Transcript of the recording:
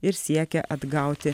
ir siekia atgauti